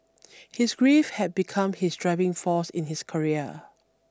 his grief had become his driving force in his career